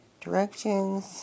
directions